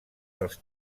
dels